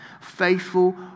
faithful